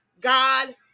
God